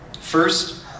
First